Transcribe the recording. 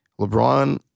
LeBron